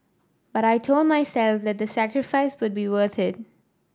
but I told myself that the sacrifice would be worth it